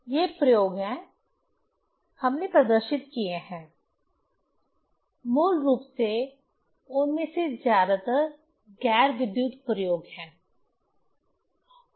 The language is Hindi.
ये प्रयोग हैं हमने प्रदर्शित किए हैं मूल रूप से उनमें से ज्यादातर गैर विद्युत प्रयोग हैं